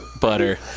butter